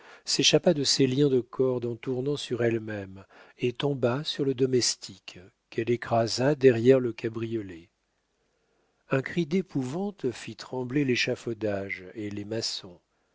s'échappa de ses liens de corde en tournant sur elle-même et tomba sur le domestique qu'elle écrasa derrière le cabriolet un cri d'épouvante fit trembler l'échafaudage et les maçons